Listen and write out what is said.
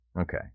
okay